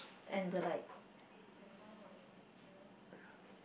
and the like